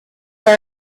are